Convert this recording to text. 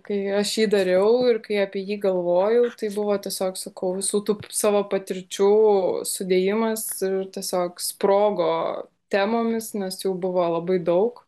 kai aš jį dariau ir kai apie jį galvojau tai buvo tiesiog sakau visų tų savo patirčių sudėjimas tiesiog sprogo temomis nes jų buvo labai daug